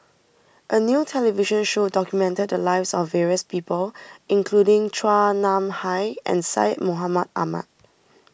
a new television show documented the lives of various people including Chua Nam Hai and Syed Mohamed Ahmed